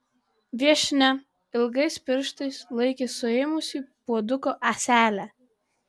viešnia ilgais pirštais laikė suėmusi puoduko ąselę